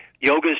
Yoga